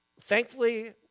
Thankfully